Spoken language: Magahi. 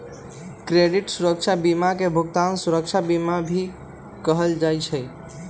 क्रेडित सुरक्षा बीमा के भुगतान सुरक्षा बीमा भी कहल जा हई